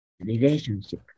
Relationship